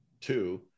two